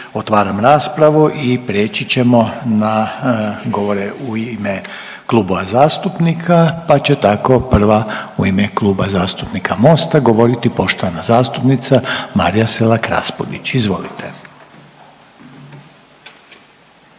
otvaram raspravu i prijeći ćemo na govore u ime klubova zastupnika pa će tako prva u ime Kluba zastupnika MOST-a govoriti poštovana zastupnica Marija Selak Raspudić. Izvolite.